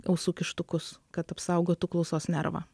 ausų kištukus kad apsaugotų klausos nervą